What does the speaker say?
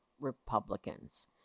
Republicans